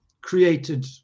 created